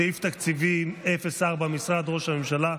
סעיף תקציבי 04, משרד ראש הממשלה,